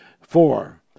Four